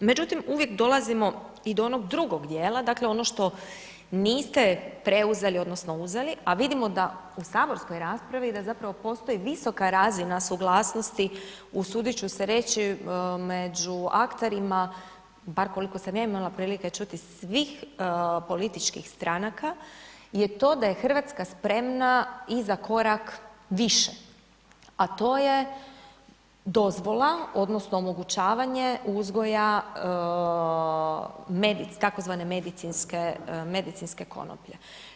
Međutim, uvijek dolazimo i do onog drugog dijela, dakle, ono što niste preuzeli odnosno uzeli, a vidimo da u saborskoj raspravi da zapravo postoji visoka razina suglasnosti, usudit ću se reći, među akterima, bar koliko sam ja imala prilike čuti, svih političkih stranaka je to da je RH spremna i za korak više, a to je dozvola odnosno omogućavanje uzgoja tzv. medicinske konoplje.